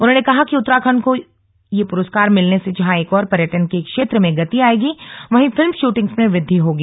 उन्होंने कहा कि उत्तराखण्ड को यह पुरस्कार मिलने से जहां एक ओर पर्यटन के क्षेत्र में गति आयेगी वहीं फिल्म शूटिंग में वृद्धि होगी